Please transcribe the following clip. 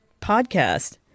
podcast